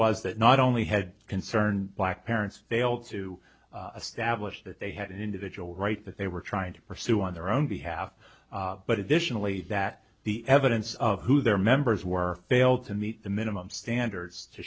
was that not only had concerned black parents failed to establish that they had an individual right that they were trying to pursue on their own behalf but it definitely that the evidence of who their members were fail to meet the minimum standards to